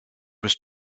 was